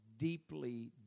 Deeply